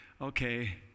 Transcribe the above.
okay